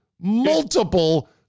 Multiple